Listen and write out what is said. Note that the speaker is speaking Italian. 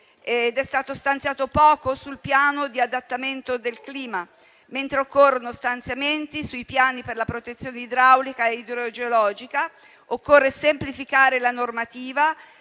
ed è stato stanziato poco sul piano di adattamento del clima. Occorrono inoltre stanziamenti sui piani per la protezione idraulica e idrogeologica; occorre semplificare la normativa